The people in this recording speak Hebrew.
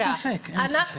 אין ספק, אין ספק.